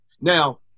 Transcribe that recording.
Now